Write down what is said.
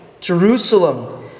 Jerusalem